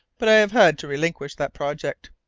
but i have had to relinquish that project.